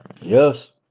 Yes